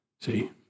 See